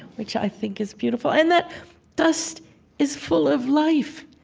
which i think is beautiful. and that dust is full of life,